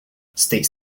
states